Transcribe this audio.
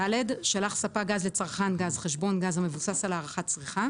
(ד)שלח ספק גז לצרכן גז חשבון גז המבוסס על הערכת צריכה,